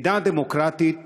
מדינה דמוקרטית.